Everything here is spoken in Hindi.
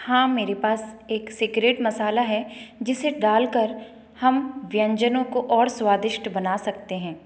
हाँ मेरे पास एक सीक्रेट मसाला है जिसे डालकर हम व्यंजनों को और स्वादिष्ट बना सकते हैं